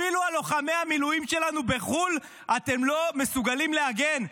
אפילו על לוחמי המילואים שלנו בחו"ל אתם לא מסוגלים להגן.